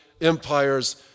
empires